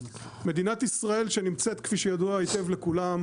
מדינת ישראל שנמצאת כפי שידוע היטב לכולם,